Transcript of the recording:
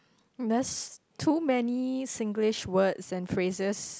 there's too many Singlish words and phrases